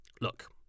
Look